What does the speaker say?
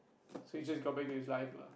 so he just got back to his life lah